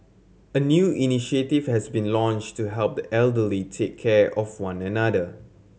a new initiative has been launched to help the elderly take care of one another